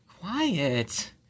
Quiet